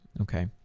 okay